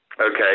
Okay